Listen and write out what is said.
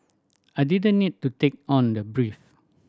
I didn't need to take on the brief